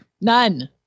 none